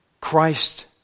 Christ